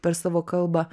per savo kalbą